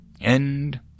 End